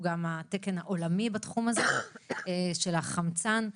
התקן העולמי בתחום הזה של החמצן.